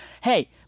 Hey